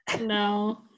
No